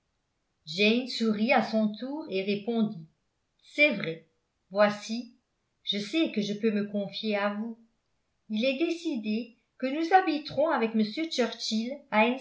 sourit à son tour et répondit c'est vrai voici je sais que je peux me confier à vous il est décidé que nous habiterons avec